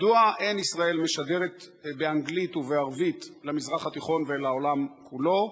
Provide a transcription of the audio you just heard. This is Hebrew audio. מדוע אין ישראל משדרת באנגלית ובערבית למזרח התיכון ולעולם כולו,